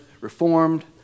Reformed